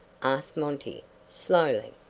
asked monty, slowly.